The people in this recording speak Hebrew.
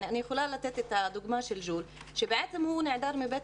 אני יכולה לתת את הדוגמה של ---שבעצם הוא נעדר מבית